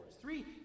Three